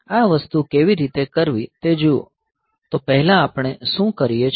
આ વસ્તુ કેવી રીતે કરવી તે જુઓ તો પહેલા આપણે શું કરીએ છીએ